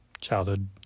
childhood